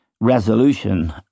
resolution